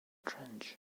trench